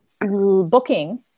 booking